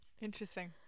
Interesting